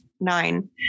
nine